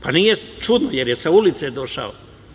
Pa, nije čudno, jer je sa ulice došao.